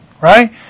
Right